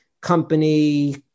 company